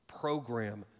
program